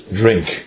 drink